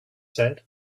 said